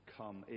come